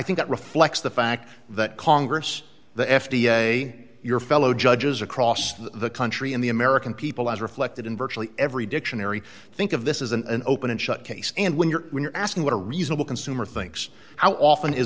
think that reflects the fact that congress the f d a your fellow judges across the country and the american people as reflected in virtually every dictionary think of this is an open and shut case and when you're when you're asking what a reasonable consumer thinks how often is